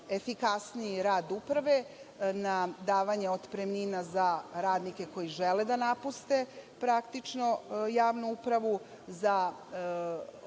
efikasniji rad uprave, na davanje otpremnina za radnike koji žele da napuste javnu upravu, za